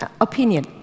opinion